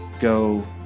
go